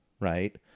right